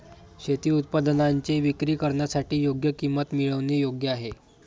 शेती उत्पादनांची विक्री करण्यासाठी योग्य किंमत मिळवणे योग्य आहे